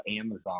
Amazon